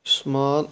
یُس مال